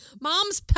Mom's